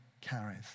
carries